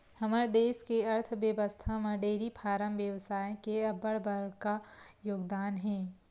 हमर देस के अर्थबेवस्था म डेयरी फारम बेवसाय के अब्बड़ बड़का योगदान हे